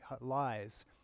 lies